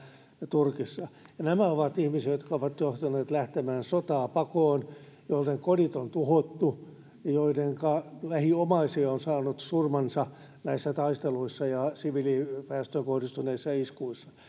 turkissa nämä ovat ihmisiä jotka ovat joutuneet lähtemään sotaa pakoon joiden kodit on tuhottu ja joidenka lähiomaisia on saanut surmansa näissä taisteluissa ja siviiliväestöön kohdistuneissa iskuissa